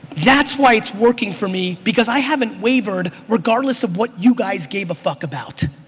that's why it's working for me because i haven't wavered regardless of what you guys gave a fuck about.